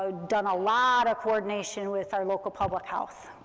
so done a lot of coordination with our local public health,